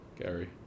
Gary